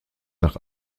nach